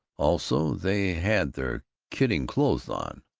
also, they had their kidding clothes on.